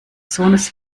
sohnes